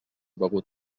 begut